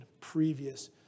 previous